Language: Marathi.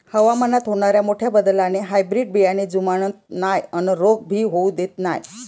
हवामानात होनाऱ्या मोठ्या बदलाले हायब्रीड बियाने जुमानत नाय अन रोग भी होऊ देत नाय